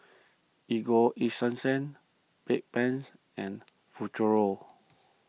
Ego Esunsense Bedpans and Futuro